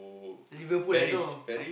Liverpool I know